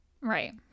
Right